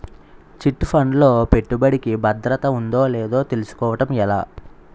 Chit fund లో పెట్టుబడికి భద్రత ఉందో లేదో తెలుసుకోవటం ఎలా?